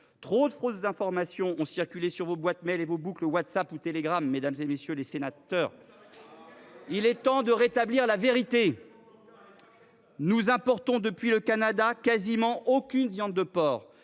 Trop de fausses informations ont circulé sur vos boîtes mail et vos boucles WhatsApp ou Telegram, mesdames, messieurs les sénateurs. Il est temps de rétablir la vérité ! Depuis le Canada, nous n’importons quasiment aucune viande de porc